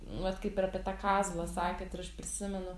mat kaip ir apie tą kazlą sakėt ir aš prisimenu